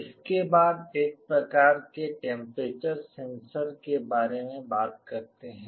इसके बाद एक प्रकार के टेम्पेरेचर सेंसर के बारे में बात करते हैं